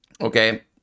Okay